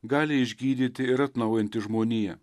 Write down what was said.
gali išgydyti ir atnaujinti žmoniją